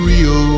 Rio